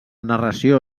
narració